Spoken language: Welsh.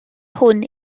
hwn